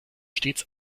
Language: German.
stets